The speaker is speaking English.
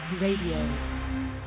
Radio